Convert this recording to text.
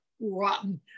rotten